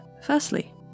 firstly